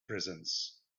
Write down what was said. presence